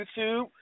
YouTube